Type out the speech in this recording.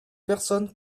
personnes